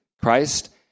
Christ